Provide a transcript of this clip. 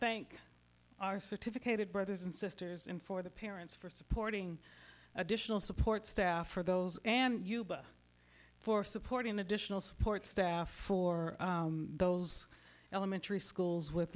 thank our certificated brothers and sisters in for the parents for supporting additional support staff for those and for supporting additional support staff for those elementary schools with